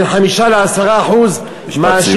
בין 5% 10% משפט סיום,